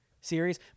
series